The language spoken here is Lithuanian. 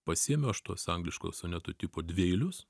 pasiėmiau aš tuos angliško soneto tipo dvieilius